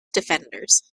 defenders